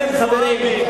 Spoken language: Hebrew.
חנין זועבי,